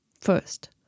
First